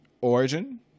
Origin